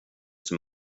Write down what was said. som